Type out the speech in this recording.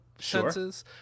senses